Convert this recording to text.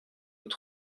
nous